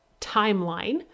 timeline